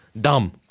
Dumb